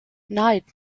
knight